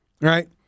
right